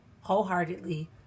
wholeheartedly